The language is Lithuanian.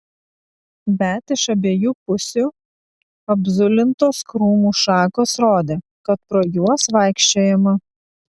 bet iš abiejų pusių apzulintos krūmų šakos rodė kad pro juos vaikščiojama